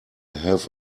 have